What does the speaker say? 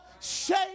shape